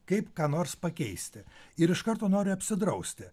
kaip ką nors pakeisti ir iš karto noriu apsidrausti